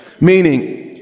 Meaning